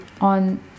on